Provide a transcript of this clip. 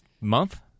month